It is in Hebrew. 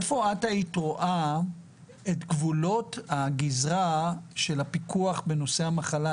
היכן את היית רואה את גבולות הגזרה של הפיקוח בנושא המחלה?